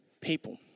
people